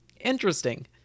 Interesting